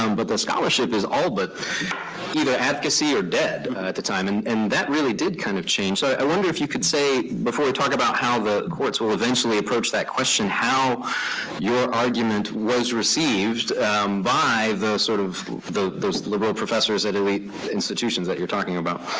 um but the scholarship is all but either advocacy or dead at the time, and and that really did kind of change. so i wonder if you could say, before we talk about how the courts will eventually approach that question, how your argument was received by those sort of those liberal professors at elite institutions that you're talking about.